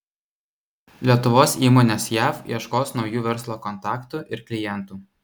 lietuvos įmonės jav ieškos naujų verslo kontaktų ir klientų